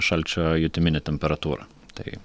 šalčio jutiminė temperatūra tai